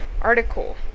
article